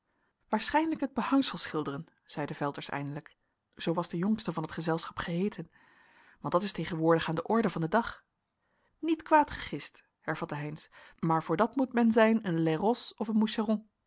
waarschijnlijk het behangsel schilderen zeide velters eindelijk zoo was de jongste van het gezelschap geheeten want dat is tegenwoordig aan de orde van den dag niet kwaad gegist hervatte heynsz maar voor dat moet men zijn een lairosse of een